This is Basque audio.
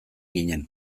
ginen